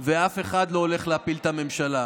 אני קורא אותך לסדר פעם ראשונה.